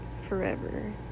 forever